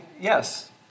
yes